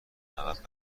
عقب